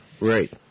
Right